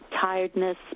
tiredness